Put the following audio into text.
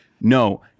no